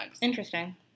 Interesting